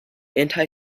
anti